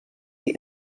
die